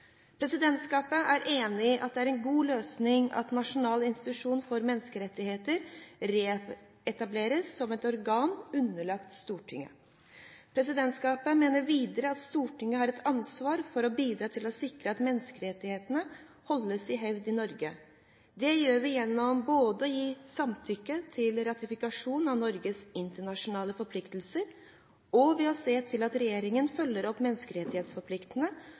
Presidentskapet er enig i at det er god løsning at Nasjonal institusjon for menneskerettigheter reetableres som et organ underlagt Stortinget. Presidentskapet mener videre at Stortinget har et ansvar for å bidra til å sikre at menneskerettighetene holdes i hevd i Norge. Det gjør vi både gjennom å gi samtykke til ratifikasjon av Norges internasjonale forpliktelser og ved å se til at regjeringen følger opp